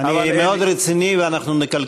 אני רציני מאוד,